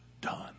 done